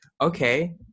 okay